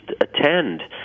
attend